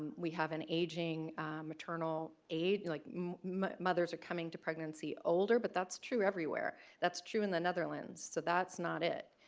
we have an ageing maternal age, like mothers are coming to pregnancy older, but that's true everywhere. that's true in the netherlands so that's not it.